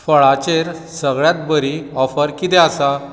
फळाचेर सगळ्यांत बरी ऑफर कितें आसा